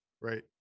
right